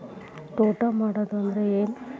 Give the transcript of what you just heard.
ತೋಟ ಮಾಡುದು ಅಂದ್ರ ಏನ್?